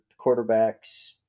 quarterbacks